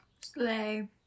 Slay